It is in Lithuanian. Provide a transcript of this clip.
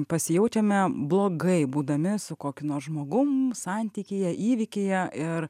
pasijaučiame blogai būdami su kokiu nors žmogum santykyje įvykyje ir